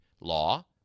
law